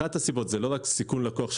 אחת הסיבות היא לא רק סיכון לקוח,